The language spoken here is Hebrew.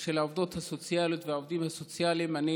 של העובדות הסוציאליות והעובדים הסוציאליים אני